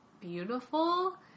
beautiful